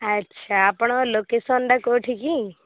ଆଚ୍ଛା ଆପଣଙ୍କର ଲୋକେସନ୍ଟା କେଉଁଠିକି